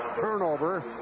turnover